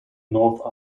north